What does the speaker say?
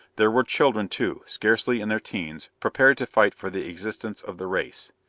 there were children, too, scarcely in their teens, prepared to fight for the existence of the race.